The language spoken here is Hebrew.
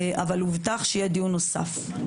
אבל הובטח שיהיה דיון נוסף.